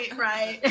right